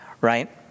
Right